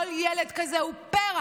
כל ילד כזה הוא פרח,